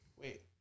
Wait